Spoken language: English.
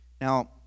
Now